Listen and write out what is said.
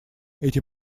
эти